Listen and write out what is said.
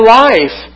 life